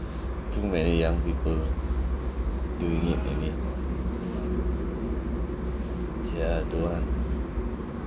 is too many young people doing it maybe !eeyer! don't want